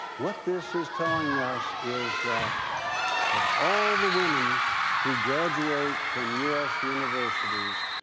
what this is telling us is that of all the women who graduate from us universities,